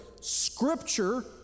scripture